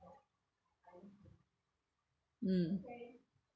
mm